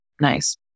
nice